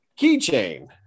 keychain